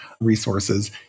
resources